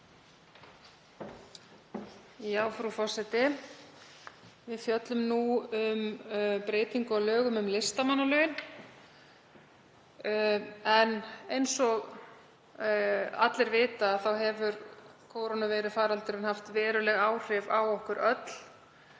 Frú forseti. Við fjöllum nú um breytingu á lögum um listamannalaun en eins og allir vita hefur kórónuveirufaraldurinn haft veruleg áhrif á okkur öll,